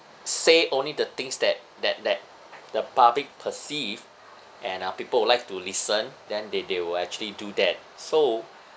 say only the things that that that the public perceive and uh people who like to listen then they they will actually do that so